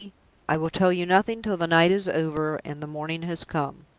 i will tell you nothing till the night is over and the morning has come.